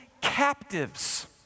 captives